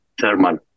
thermal